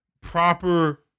proper